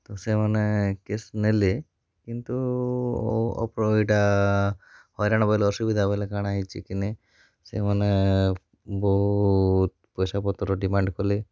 ତ ସେମାନେ କେସ୍ ନେଲେ କିନ୍ତୁ ଇଟା ହଇରାଣ୍ ବଲେ ଅସୁବିଧା ବଲେ କାଣା ହେଇଚି କି ନାଇଁ ସେମାନେ ବହୁତ୍ ପଏସା ପତ୍ର ଡିମାଣ୍ଡ୍ କଲେ